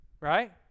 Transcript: Right